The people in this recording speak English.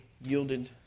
yielded